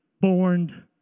born